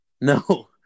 No